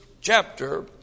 chapter